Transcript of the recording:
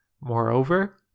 Moreover